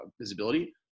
visibility